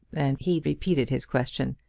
and he repeated his question.